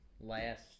last